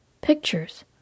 Pictures